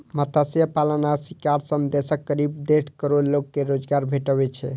मत्स्य पालन आ शिकार सं देशक करीब डेढ़ करोड़ लोग कें रोजगार भेटै छै